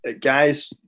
guys